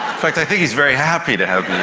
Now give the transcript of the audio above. fact i think he's very happy to have me